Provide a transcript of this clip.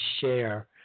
share